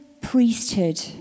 priesthood